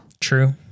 True